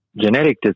genetic